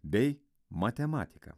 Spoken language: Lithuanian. bei matematika